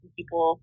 People